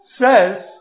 says